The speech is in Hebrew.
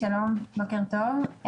שלום, בוקר טוב.